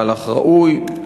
מהלך ראוי,